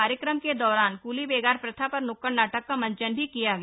कार्यक्रम के दौरान क्ली बेगार प्रथा पर न्क्कड़ नाटक का मंचन भी किया गया